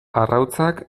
arrautzak